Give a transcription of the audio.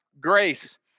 Grace